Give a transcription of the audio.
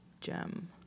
Gem